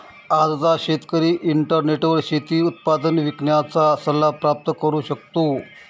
आजचा शेतकरी इंटरनेटवर शेती उत्पादन विकण्याचा सल्ला प्राप्त करू शकतो